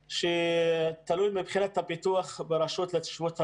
שתלוי מבחינת הפיתוח ברשות להתיישבות הבדואים.